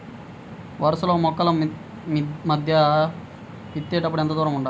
వరసలలో మొక్కల మధ్య విత్తేప్పుడు ఎంతదూరం ఉండాలి?